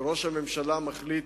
וראש הממשלה מחליט,